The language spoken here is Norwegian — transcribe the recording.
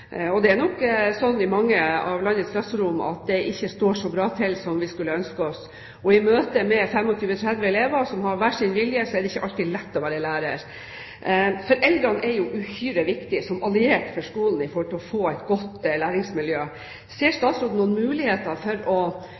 Det er nok slik i mange av landets klasserom at det ikke står så bra til som vi skulle ønske oss. I møte med 25–30 elever, som har hver sin vilje, er det ikke alltid like lett å være lærer. Foreldrene er uhyre viktige som allierte for skolen for å få til et godt læringsmiljø. Ser statsråden noen muligheter for å